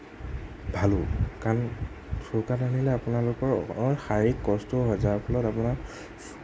ভালো কাৰণ চৌকাত ৰান্ধিলে আপোনালোকৰ অলপ শাৰীৰিক কষ্টও হয় যাৰ ফলত আপোনাৰ